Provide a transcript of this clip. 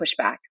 pushback